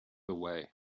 away